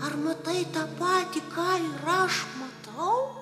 ar matai tą patį ką aš matau